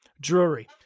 Drury